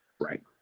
Right